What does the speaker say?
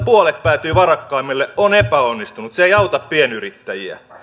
puolet päätyy varakkaimmille on epäonnistunut se ei auta pienyrittäjiä